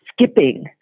skipping